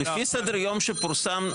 לפי סדר-היום שפורסם,